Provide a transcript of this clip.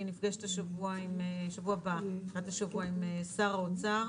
אני נפגשת בשבוע הבא עם שר האוצר,